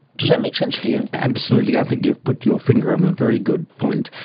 does that make sense to you? absolutely, i think you've put your finger on a very good point,